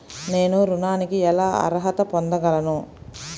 నేను ఋణానికి ఎలా అర్హత పొందగలను?